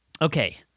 Okay